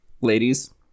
Ladies